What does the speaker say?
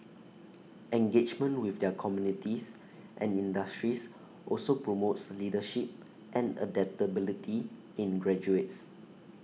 engagement with their communities and industries also promotes leadership and adaptability in graduates